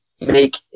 make